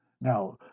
Now